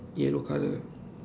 yellow colour